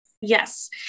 yes